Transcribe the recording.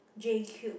J Cube